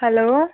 hello